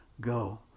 go